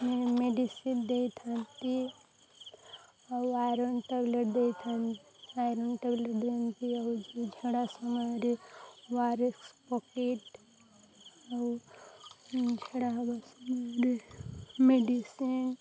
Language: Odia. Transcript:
ମେଡ଼ିସିନ୍ ଦେଇଥାନ୍ତି ଆଉ ଆଇରନ୍ ଟ୍ୟାବଲେଟ୍ ଦେଇଥାନ୍ତି ଆଇରନ୍ ଟ୍ୟାବଲେଟ୍ ଦିଅନ୍ତି ଆଉ ଝାଡ଼ା ସମୟରେ ଓ ଆର ଏସ୍ ପ୍ୟାକେଟ୍ ଆଉ ଝାଡ଼ା ସମୟରେ ମେଡ଼ିସିନ୍